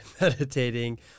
meditating